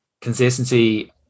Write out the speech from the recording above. consistency